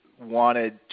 wanted